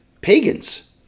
pagans